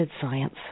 science